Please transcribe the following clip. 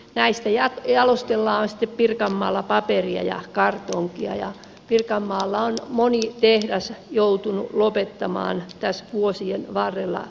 näistä jalostellaan sitten pirkanmaalla paperia ja kartonkia ja pirkanmaalla on moni tehdas joutunut lopettamaan tässä vuosien varrella toimintansa